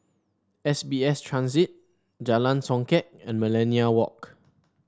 S B S Transit Jalan Songket and Millenia Walk